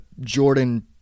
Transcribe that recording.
Jordan